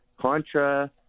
contra